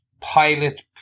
pilot